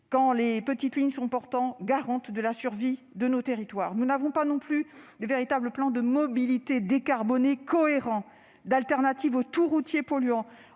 car les petites lignes sont garantes de la survie de nos territoires. Nous n'avons pas non plus de véritable plan de mobilité décarbonée cohérent ni d'alternative au tout-routier polluant